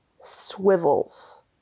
swivels